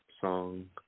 Song